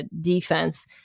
defense